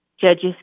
Judges